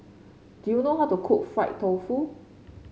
do you know how to cook Fried Tofu